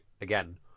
again